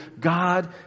God